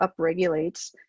upregulates